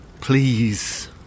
Please